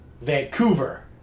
Vancouver